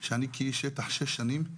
שאני כאיש שטח שש שנים,